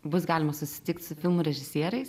bus galima susitikt su filmų režisieriais